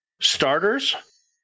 starters